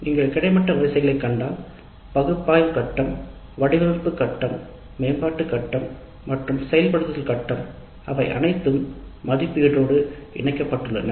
நீங்கள் கிடைமட்டத்தைக் கண்டால்வரிசைகள் பகுப்பாய்வு கட்டம் வடிவமைப்பு கட்டம் மேம்பாட்டு கட்டம் மற்றும் செயல்படுத்தும் கட்டம் அவை அனைத்தும் மதிப்பீட்டோடு இணைக்கப்பட்டுள்ளன